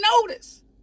notice